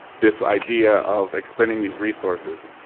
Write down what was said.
this idea of expending these resources.